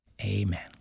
Amen